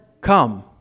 come